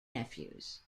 nephews